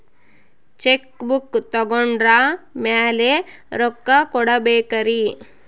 Check book ತೊಗೊಂಡ್ರ ಮ್ಯಾಲೆ ರೊಕ್ಕ ಕೊಡಬೇಕರಿ?